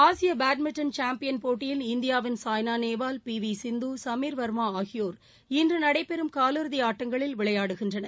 ஆசியபேட்மிண்டன் champion போட்டியில் இந்தியாவின் சாய்னாநேவால் பிவிசிந்து சுமிர் வர்மாஆகியோர் இன்றுநடைபெறும் காலிறுதிஆட்டங்களில் விளையாடுகின்றனர்